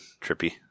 trippy